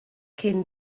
cyn